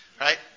Right